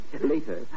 Later